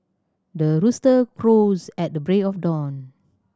the rooster crows at the break of dawn